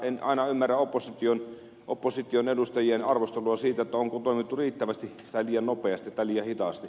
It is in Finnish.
en aina ymmärrä opposition edustajien arvostelua siitä onko toimittu riittävästi tai liian nopeasti tai liian hitaasti